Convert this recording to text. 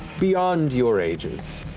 beyond your ages.